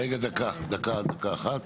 רגע דקה, דקה אחת,